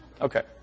Okay